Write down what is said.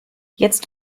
jetzt